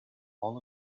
all